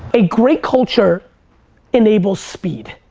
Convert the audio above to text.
a great culture enables speed.